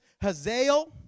Hazael